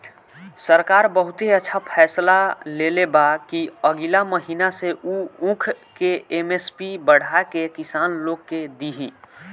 सरकार बहुते अच्छा फैसला लेले बा कि अगिला महीना से उ ऊख के एम.एस.पी बढ़ा के किसान लोग के दिही